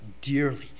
dearly